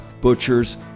butchers